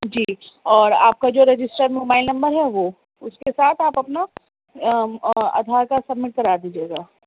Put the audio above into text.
جی اور آپ کا جو رجسٹر موبائل نمبر ہے وہ اس کے ساتھ آپ اپنا آدھار کارڈ سبمٹ کرا دیجیے گا